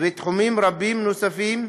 ולתחומים רבים נוספים,